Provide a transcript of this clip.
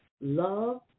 Love